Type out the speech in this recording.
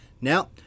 Now